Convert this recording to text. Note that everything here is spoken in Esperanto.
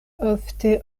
ofte